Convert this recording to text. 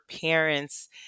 parents